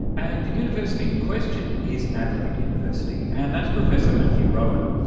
and the university in question is adelaide university, and that's professor matthew roughan.